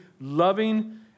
loving